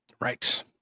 Right